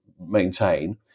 maintain